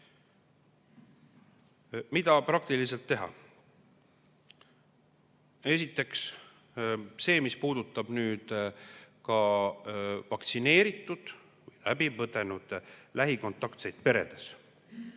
Mida praktiliselt teha? Esiteks see, mis puudutab vaktsineeritud või läbipõdenud lähikontaktseid peredes.